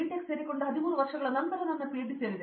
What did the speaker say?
tech ಸೇರಿಕೊಂಡ 13 ವರ್ಷಗಳ ನಂತರ ನನ್ನ ಪಿಎಚ್ಡಿ ಸೇರಿದೆ